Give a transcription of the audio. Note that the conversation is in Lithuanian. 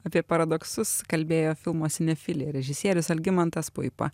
apie paradoksus kalbėjo filmo sinefilija režisierius algimantas puipa